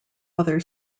other